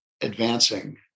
advancing